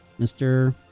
Mr